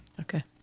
Okay